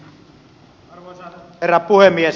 arvoisa herra puhemies